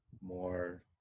more